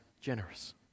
generous